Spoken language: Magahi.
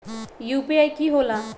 यू.पी.आई कि होला?